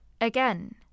Again